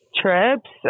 trips